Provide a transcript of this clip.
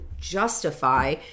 justify